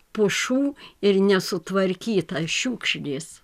pušų ir nesutvarkyta šiukšlės